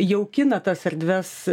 jaukina tas erdves